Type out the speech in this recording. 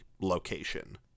location